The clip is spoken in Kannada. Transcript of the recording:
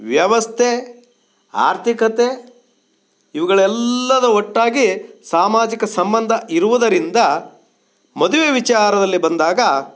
ವ್ಯವಸ್ಥೆ ಆರ್ಥಿಕತೆ ಇವುಗಳೆಲ್ಲದು ಒಟ್ಟಾಗಿ ಸಾಮಾಜಿಕ ಸಂಬಂಧ ಇರುವುದರಿಂದ ಮದುವೆ ವಿಚಾರದಲ್ಲಿ ಬಂದಾಗ